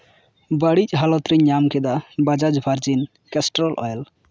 ᱵᱟᱹᱲᱤᱡ ᱦᱟᱞᱚᱛ ᱨᱤᱧ ᱧᱟᱢ ᱠᱮᱫᱟ ᱵᱟᱡᱟᱡ ᱵᱷᱟᱨᱡᱤᱱ ᱠᱮᱥᱴᱨᱳᱞ ᱳᱭᱮᱞ